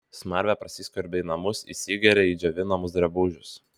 smarvė prasiskverbia į namus įsigeria į džiovinamus drabužius